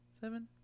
seven